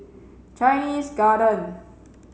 Chinese Garden